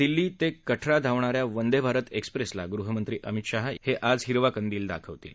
दिल्ली ते कठरा धावणा या वंदे भारत एक्सप्रेसला गृहमंत्री अमित शाह आज हिरवा कंदिल दाखवतील